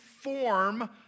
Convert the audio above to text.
form